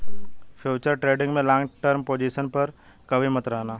futures trading में long position पर कभी मत रहना